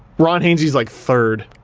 ron hainsey's like third.